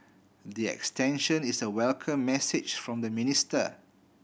the extension is a welcome message from the minister